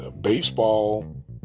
baseball